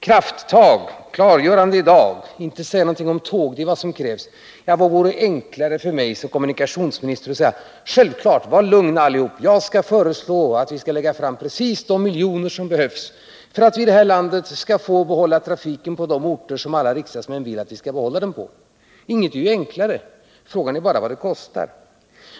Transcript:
”Krafttag”, ”klargörande i dag”, ”inte säga någonting om tåg” — det är vad som krävs. Vad vore enklare för mig som kommunikationsminister än att säga: Självklart, var lugna allihop — jag skall föreslå precis de miljoner som behövs för att vi i det här landet skall få behålla trafiken på alla de orter som riksdagsmän vill att vi skall behålla den på. Ingenting är enklare — frågan är bara vad det kostar.